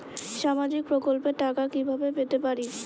সামাজিক প্রকল্পের টাকা কিভাবে পেতে পারি?